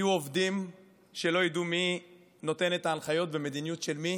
יהיו עובדים שלא ידעו מי נותן את ההנחיות ומדיניות של מי